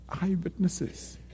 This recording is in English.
Eyewitnesses